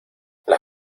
las